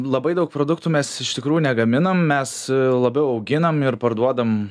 labai daug produktų mes iš tikrųjų negaminam mes labiau auginam ir parduodam